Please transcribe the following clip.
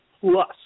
plus